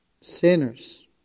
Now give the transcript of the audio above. Sinners